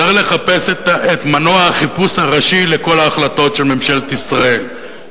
צריך לחפש את מנוע החיפוש הראשי לכל ההחלטות של ממשלת ישראל,